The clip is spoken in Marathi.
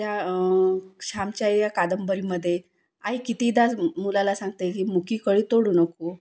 त्या श्यामच्या आई या कादंबरीमध्ये आई कितीदा मुलाला सांगते की मुकी कळी तोडू नको